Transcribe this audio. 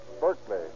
Berkeley